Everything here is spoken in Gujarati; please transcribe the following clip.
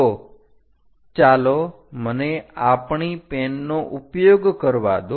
તો ચાલો મને આપણી પેનનો ઉપયોગ કરવા દો